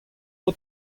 out